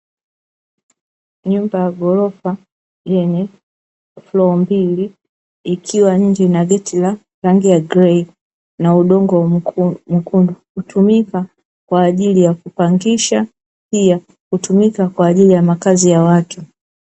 Nyumba ya ghorofa, yenye floo mbili, ikiwa nje na geti la rangi ya grei na udongo mwekundu. hutumika kwa ajili ya kupangisha, pia kutumika kwa ajili ya makazi ya watu.